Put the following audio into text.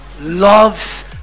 loves